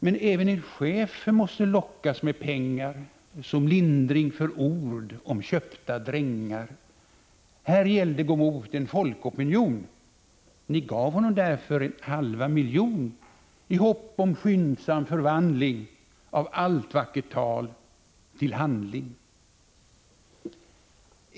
Men även en chef måste lockas med pengar som lindring för ord om köpta drängar Här gällde gå mot en folkopinion! Ni gav honom därför en halva miljon i hopp om en skyndsam förvandling av allt vackert tal — till handling.